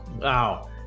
wow